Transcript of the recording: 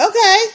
Okay